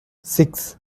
six